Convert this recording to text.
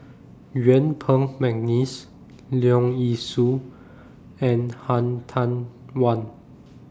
Yuen Peng Mcneice Leong Yee Soo and Han Tan Wan